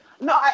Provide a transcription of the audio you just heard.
No